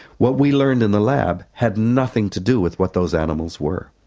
what we learned in the lab had nothing to do with what those animals were.